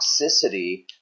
toxicity